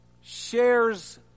shares